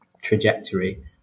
trajectory